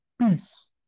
Peace